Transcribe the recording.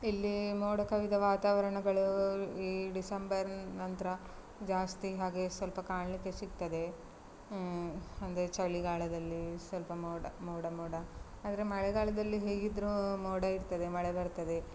ಇಲ್ಲಿ ಮೋಡ ಕವಿದ ವಾತಾವರಣಗಳು ಈ ಡಿಸೆಂಬರ್ ನಂತರ ಜಾಸ್ತಿ ಹಾಗೆ ಸ್ವಲ್ಪ ಕಾಣಲಿಕ್ಕೆ ಸಿಕ್ತದೆ ಅಂದರೆ ಚಳಿಗಾಲದಲ್ಲಿ ಸ್ವಲ್ಪ ಮೋಡ ಮೋಡ ಮೋಡ ಆದರೆ ಮಳೆಗಾಲದಲ್ಲಿ ಹೇಗಿದ್ರು ಮೋಡ ಇರ್ತದೆ ಮಳೆ ಬರ್ತದೆ